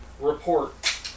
report